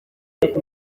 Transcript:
mfite